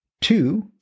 two